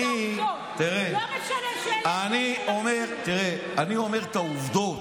אני בא ואומר את העובדות.